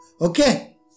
Okay